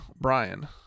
Brian